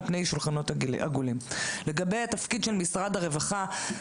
לגבי תפקיד משרד הרווחה,